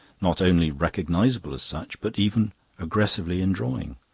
not only recognisable as such, but even aggressively in drawing.